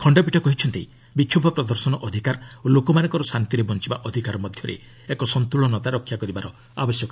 ଖଣ୍ଡପୀଠ କହିଛନ୍ତି ବିକ୍ଷୋଭ ପ୍ରଦର୍ଶନ ଅଧିକାର ଓ ଲୋକମାନଙ୍କର ଶାନ୍ତିରେ ବଞ୍ଚବା ଅଧିକାର ମଧ୍ୟରେ ଏକ ସନ୍ତୁଳନତା ରକ୍ଷା କରିବା ଆବଶ୍ୟକ